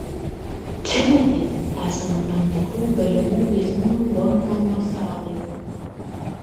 čia matyt esama tam tikrų galimų grėsmių bornholmo salai